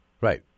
Right